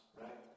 right